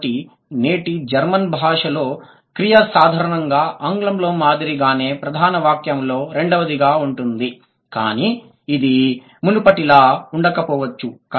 కాబట్టి నేటి జర్మన్ భాషలో క్రియ సాధారణంగా ఆంగ్లంలో మాదిరిగానే ప్రధాన వాక్యంలో రెండవదిగా ఉంటుంది కాని ఇది మునుపటిలా ఉండకపోవచ్చు